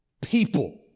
people